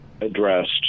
addressed